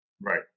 Right